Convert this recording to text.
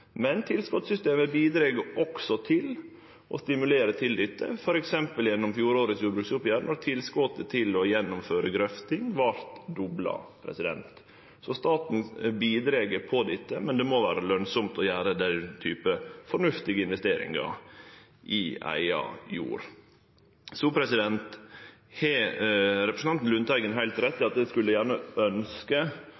Men tilskotsystemet bidreg også til å stimulere til dette, som f.eks. gjennom fjorårets jordbruksoppgjer, då tilskotet til å gjennomføre grøfting vart dobla. Staten bidreg til dette, men det må vere lønsamt å gjere den typen fornuftige investeringar i eiga jord. Så har representanten Lundteigen heilt rett i